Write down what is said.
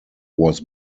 was